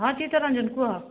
ହଁ ଚିତ୍ତରଞ୍ଜନ କୁହ